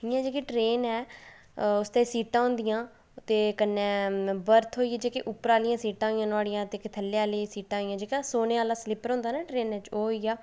एह् जेह्की ट्रेन ऐ उसदे सीटां होंदियां ते कन्नै नम्बर होए जेह्के उप्पर आह्लियां सीटां होइयां नुहाड़ियां ते थल्ले आह्ली सीटां होइयां जेह्का सौने आह्ला स्लीपर होंदा ना ट्रेनै च ओह् होइया